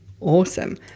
Awesome